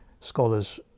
scholars